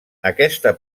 aquesta